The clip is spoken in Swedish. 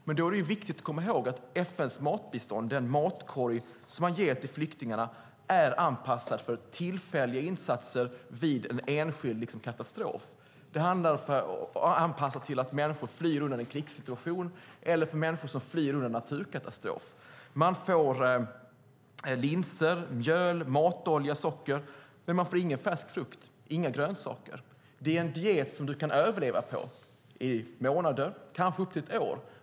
Men när det gäller FN:s matbistånd är det viktigt att komma ihåg att den matkorg som man ger till flyktingarna är anpassad för tillfälliga insatser vid en enskild katastrof. Biståndet är anpassat till att människor flyr undan en krigssituation eller en naturkatastrof. Man får linser, mjöl, matolja och socker, men man får ingen färsk frukt och inga grönsaker. Det är en diet man kan överleva på i månader, kanske upp till ett år.